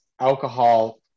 alcohol